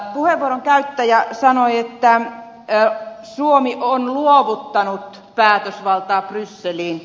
puheenvuoron käyttäjä sanoi että suomi on luovuttanut päätösvaltaa brysseliin